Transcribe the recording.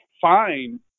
fine